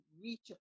reach